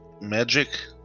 magic